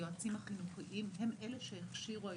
היועצים החינוכיים והפסיכולוגים הם אלה שהכשירו,